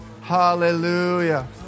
Hallelujah